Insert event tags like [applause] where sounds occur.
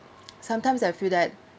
[noise] sometimes I feel that